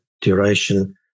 duration